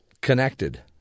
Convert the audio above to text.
Connected